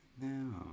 No